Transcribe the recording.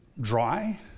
dry